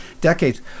decades